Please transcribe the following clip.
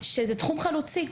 שזהו תחום חלוצי.